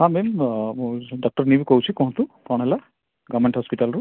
ହଁ ମ୍ୟାମ୍ ମୁଁ ଡ଼କ୍ଟର୍ ମିହିର କହୁଛି କୁହନ୍ତୁ କଣ ହେଲା ଗଭ଼୍ମେଣ୍ଟ ହସ୍ପିଟାଲ୍ରୁ